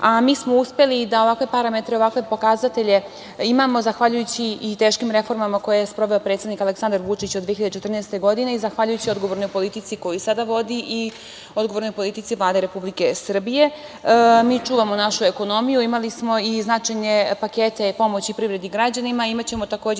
a mi smo uspeli da ovakve parametre i ovakve pokazatelje imamo zahvaljujući i teškim reformama koje je sproveo predsednik Aleksandar Vučić od 2014. godine i zahvaljujući odgovornoj politici koju sada vodi i odgovornoj politici Vlade Republike Srbije. Mi čuvamo našu ekonomiju. Imali smo i značajne pakete pomoći privredi i građanima. Imaćemo takođe